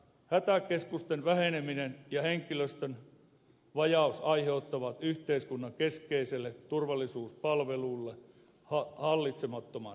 hätäkeskusten väheneminen ja henkilöstön vajaus aiheuttavat yhteiskunnan keskeiselle turvallisuuspalvelulle hallitsemattoman riskin